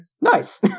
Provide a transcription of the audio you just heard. nice